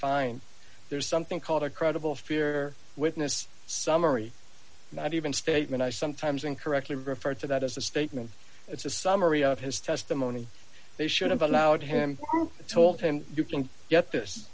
find there's something called a credible fear witness summary not even statement i sometimes incorrectly referred to that as a statement it's a summary of his testimony they should have allowed him told him you can get this